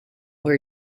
wear